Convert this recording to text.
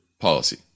policy